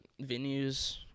venues